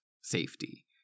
safety